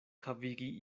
havigi